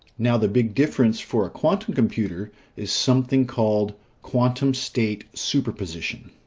now, the big difference for a quantum computer is something called quantum state superposition.